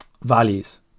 values